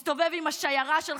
מסתובב עם השיירה שלך,